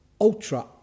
ultra